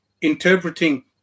interpreting